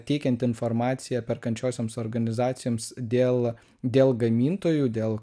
teikiant informaciją perkančiosioms organizacijoms dėl dėl gamintojų dėl